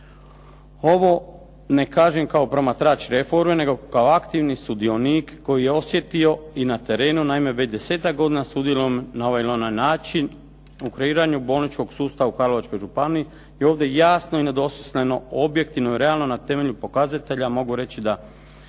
Ovo ne kažem kao promatrač reforme, nego kao aktivni sudionik koji je osjetio i na terenu naime već desetak godina sudjelujem na ovaj ili onaj način u kreiranju bolničkog sustava u Karlovačkoj županiji i ovdje jasno i nedvosmisleno, objektivno i realno na temelju pokazatelja mogu reći da